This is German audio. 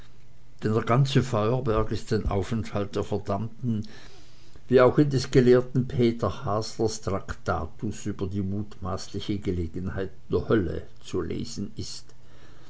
der ganze feuerberg ist ein aufenthalt der verdammten wie auch in des gelehrten peter haslers traktatus über die mutmaßliche gelegenheit der hölle zu lesen ist